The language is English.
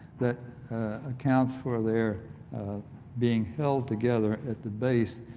that accounts for their being held together at the base,